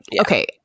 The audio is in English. okay